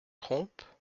trompe